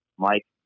Mike